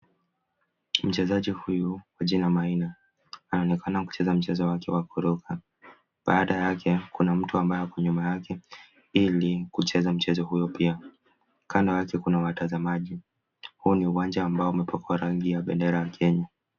Mchezaji huyu kwa jina Maina, anaonekana kucheza mchezo wake wa kuruka. Baada yake kuna mtu ambaye ako nyuma yake ili kucheza mchezo huo pia. Kando yake kuna watazamaji. Huu ni uwanja ambao umepakwa rangi ya bendera ya Kenya.